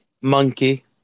Monkey